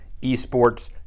esports